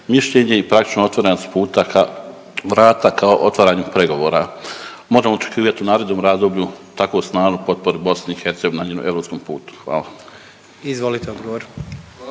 mišljenje i praktično otvorenost puta ka vrata ka otvaranju pregovora. Možemo li očekivati u narednom razdoblju takvu stalnu potporu BIH na njenom europskom putu? Hvala.